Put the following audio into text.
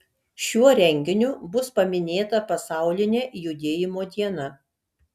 šiuo renginiu bus paminėta pasaulinė judėjimo diena